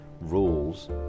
rules